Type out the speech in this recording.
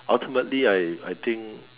ultimately I I think